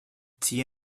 tea